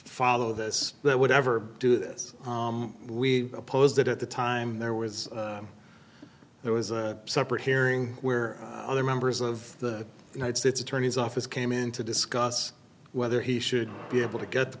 follow this that would never do this we opposed it at the time there was there was a separate hearing where other members of the united states attorney's office came in to discuss whether he should be able to get the